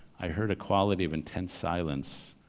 i heard a quality of intense silence,